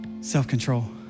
Self-control